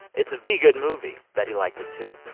it's a v good movie. betty liked it, too.